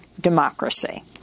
democracy